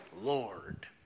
Lord